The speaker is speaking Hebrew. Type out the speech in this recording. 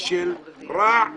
של רע וטוב.